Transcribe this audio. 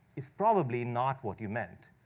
it's probably not what you meant.